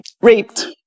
raped